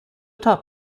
top